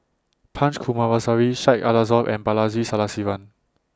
Punch Coomaraswamy Syed Alsagoff and Balaji Sadasivan